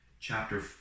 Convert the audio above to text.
chapter